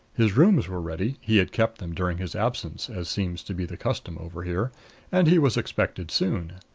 his rooms were ready he had kept them during his absence, as seems to be the custom over here and he was expected soon.